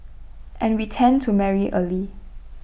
and we tend to marry early